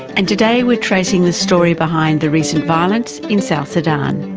and today we're tracing the story behind the recent violence in south sudan.